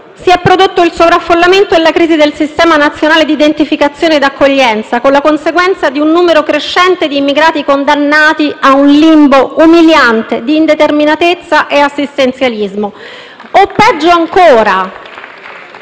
sono prodotti il sovraffollamento e la crisi del sistema nazionale di identificazione e accoglienza, con la conseguenza di un numero crescente di immigrati condannati a un limbo umiliante di indeterminatezza e assistenzialismo *(Applausi